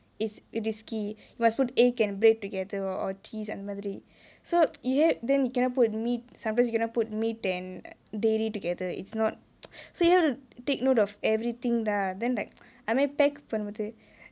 it's it is key must put egg and bread together or teas அந்த மாதிரி:antha maathiri so then you cannot put meat sometimes you cannot put meat and dairy together it's not so you have to take note of every thing lah then like I mean pack பண்றது:panrathu